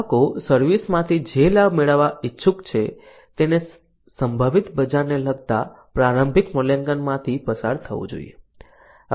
ગ્રાહકો સર્વિસ માંથી જે લાભ મેળવવા ઈચ્છુક છે તેના સંભવિત બજારને લગતા પ્રારંભિક મૂલ્યાંકનમાંથી પસાર થવું જોઈએ